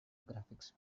graphics